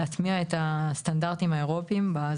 למשל לנושא העיצומים הכספיים יש אצלנו מצבים שבהם מי שהוא